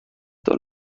دلار